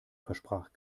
versprach